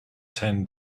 ten